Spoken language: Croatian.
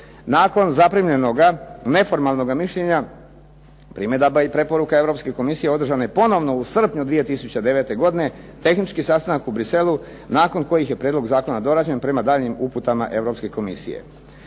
Nakon zaprimljenoga neformalnog mišljenja, primjedaba i preporuka Europske komisije održan je ponovno u srpnju 2009. godine tehnički sastanak u Bruxellesu nakon kojih je prijedlog zakona dorađen prema daljnjim uputama Europske komisije.